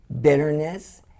bitterness